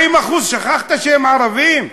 40% שכחת שהם ערבים?